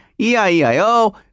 EIEIO